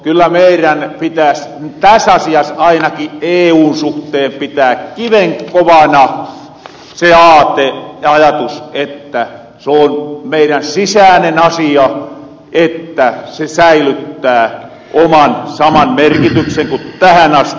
kyllä meirän pitääs ainaki täs asias eun suhteen pitää kivenkovana se aate ja ajatus että soon meirän sisäänen asia että veikkaus säilyttää oman saman merkityksen ku tähän asti